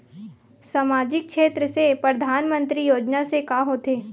सामजिक क्षेत्र से परधानमंतरी योजना से का होथे?